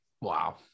Wow